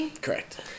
correct